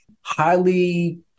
highly